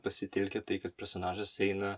pasitelkė tai kad personažas eina